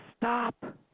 Stop